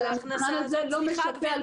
ההכנסה הזאת --- אבל המבחן לא משפה על קושי,